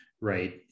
right